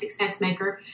SuccessMaker